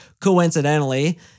Coincidentally